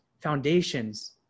foundations